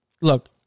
Look